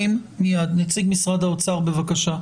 נציגת משרד האוצר, יעל אגמון, בבקשה.